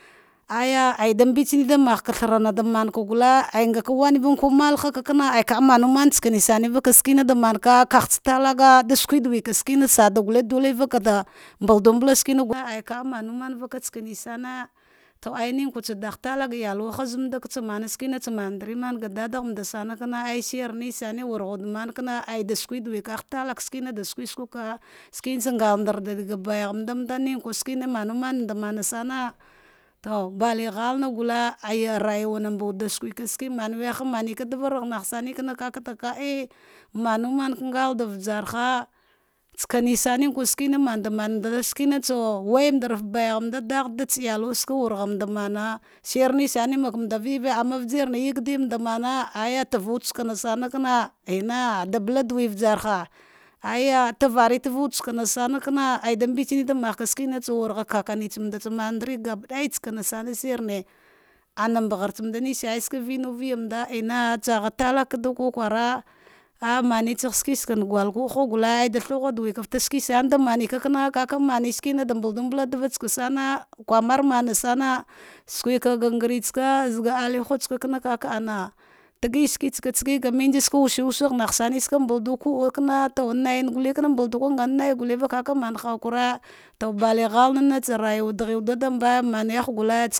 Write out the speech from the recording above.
Aya adambetsen da maka thana da manka gule ngaka mene kamanu manka tsoma sane kakaghtsa tala ga skwe da weka skene sada gule dole vakada mba idu mbal ai ka manumanvaka sane sane ta le ne kwe tsa dagh talaka yalwa, haz mandtsa mana shikanatsa manam mante ga dada gham sne u shina sane wude makana, suke da wu kagha kalaka shuna da suke suka, shine ka ngaldragh aga baighana nda sevenkwa to baila ghalna gale il rayuwa na mba da uka sven glang gule araluwena mowede suke shirei maneka davarghnare sare kakada ka ie mamman ka ngal da ujarha tsare manai de man to wandraf bu zh mand tsa iyawa skawar gharadagh da tsa elwai, skan wargh mand maza shir makmand ulva, ujirne zadimanda mana aliyatau sakan sama ena da baldiwe ujarha eya tavari tavawur shikene sane kana idambe tsen nawaite skene tsan warha kakane tsimand mandaya gab aja sane shine anam ghartsamamd tsumca unuviga manda ena tsagha takg ko kwara he manetsagb sakan gul kwanda har gule da da weka sake sane da maneva ka kana amanka kana ma shikina da mbadatsake sara kamarmana bana, gagangnetsaka ga alarhutsa ka na tegishika, tsa ka matsisaka as wusu wasa nagha shine nisaka mba du kagha kama, nargufe kana nga naighua ka ma hakane, to balghaha tsira yawa daghe wude mbe manewe.